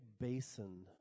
basin